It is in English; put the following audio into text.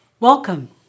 Welcome